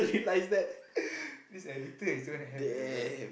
this editor is going to have a